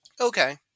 Okay